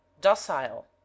Docile